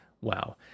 wow